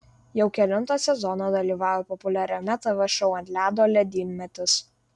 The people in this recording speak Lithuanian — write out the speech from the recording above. jau kelintą sezoną dalyvauja populiariame tv šou ant ledo ledynmetis